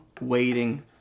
waiting